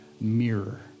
mirror